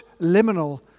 liminal